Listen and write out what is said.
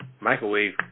microwave